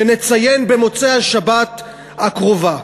שנציין במוצאי השבת הקרובה,